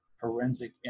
forensic